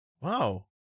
Wow